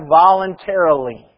voluntarily